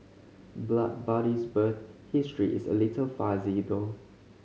Blood Buddy's birth history is a little fuzzy though